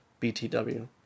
BTW